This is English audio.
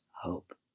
hope